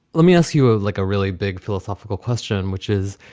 let me ask you, ah like a really big philosophical question, which is,